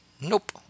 Nope